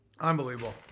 Unbelievable